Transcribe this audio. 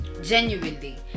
Genuinely